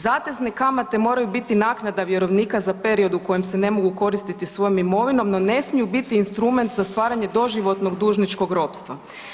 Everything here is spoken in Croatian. Zatezne kamate moraju biti naknada vjerovnika za period u kojem se ne mogu koristiti svojom imovinom, no ne smiju biti instrument za stvaranje doživotnog dužničkog ropstva.